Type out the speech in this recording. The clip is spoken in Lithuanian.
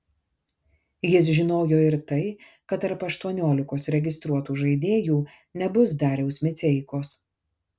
jis žinojo ir tai kad tarp aštuoniolikos registruotų žaidėjų nebus dariaus miceikos